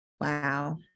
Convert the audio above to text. wow